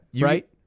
Right